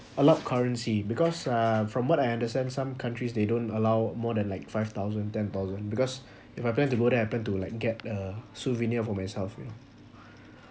allowed currency because uh from what I understand some countries they don't allow more than like five thousand ten thousand because if I plan to go there I plan to like get a souvenir for myself you know